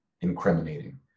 incriminating